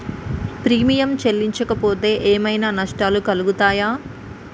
Premium చెల్లించకపోతే ఏమైనా నష్టాలు కలుగుతయా?